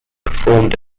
performed